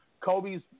Kobe's